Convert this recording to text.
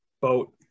boat